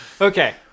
Okay